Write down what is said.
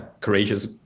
courageous